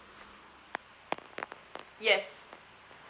yes